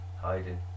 hiding